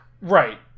Right